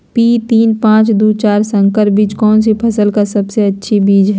P तीन पांच दू चार संकर बीज कौन सी फसल का सबसे अच्छी बीज है?